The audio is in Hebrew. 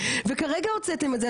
וכרגע הוצאתם את זה,